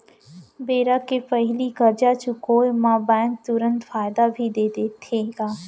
बेरा के पहिली करजा चुकोय म बैंक तुरंत फायदा भी देथे का?